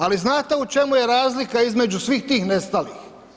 Ali znate u čemu je razlika između svih tih nestalih?